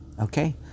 Okay